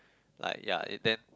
like ya it then